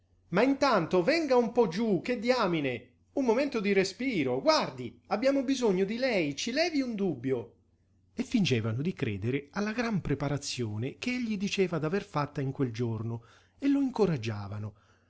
ma intanto venga un po giú che diamine un momento di respiro guardi abbiamo bisogno di lei ci levi un dubbio e fingevano di credere alla gran preparazione che egli diceva d'aver fatta in quel giorno e lo incoraggiavano